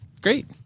great